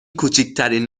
کوچکترین